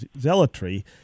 zealotry